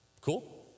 Cool